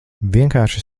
vienkārši